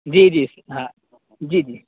جی جی ہاں جی جی